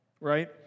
right